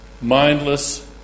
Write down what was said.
mindless